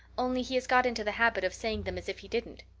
only he has got into the habit of saying them as if he didn't.